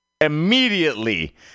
immediately